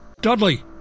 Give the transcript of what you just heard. Dudley